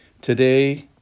Today